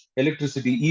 electricity